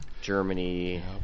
Germany